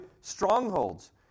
strongholds